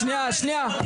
שנייה, שנייה.